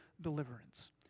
deliverance